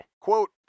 Quote